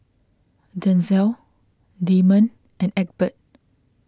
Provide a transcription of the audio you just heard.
Denzell Damon and Egbert